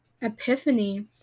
epiphany